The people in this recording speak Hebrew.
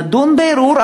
נדון בערעור,